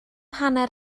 hanner